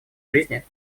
жизни